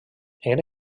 era